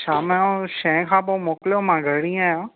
शाम जो छहें खां पोइ मोकिलियो मां घर ई आहियां